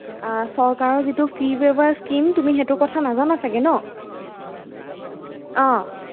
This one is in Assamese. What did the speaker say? চৰকাৰৰ যিটো ফি ৱেইভাৰ স্কীম তুমি সেইটোৰ কথা নাজানা চাগে ন অঁ